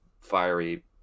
fiery